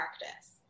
practice